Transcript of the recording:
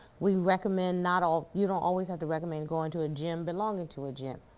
we recommend not all. you don't always have to recommend going to a gym, belonging to a gym.